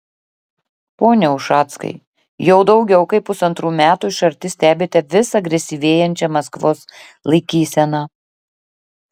pone ušackai jau daugiau kaip pusantrų metų iš arti stebite vis agresyvėjančią maskvos laikyseną